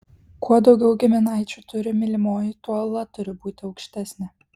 kuo daugiau giminaičių turi mylimoji tuo uola turi būti aukštesnė